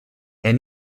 herr